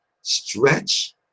stretch